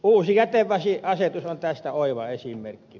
uusi jätevesiasetus on tästä oiva esimerkki